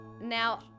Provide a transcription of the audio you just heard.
Now